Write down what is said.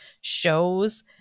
shows